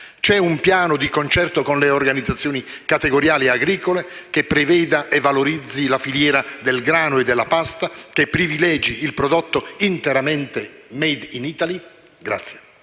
C'è un piano di concerto con le organizzazioni categoriali e agricole che preveda e valorizzi la filiera del grano e della pasta e che privilegi il prodotto interamente *made in Italy*?